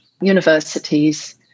universities